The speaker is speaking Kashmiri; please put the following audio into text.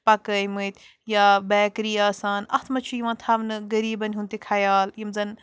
پکٲمٕتۍ یا بیٚکری آسان اَتھ منٛز چھُ یِوان تھاونہٕ غٔریٖبن ہُنٛد تہِ خیال یِم زن